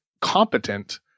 competent